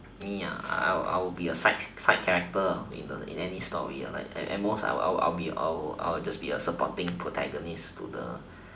me I will I'll be a side side character in in any story like at most I will I will I'll be a supporting protagonist to the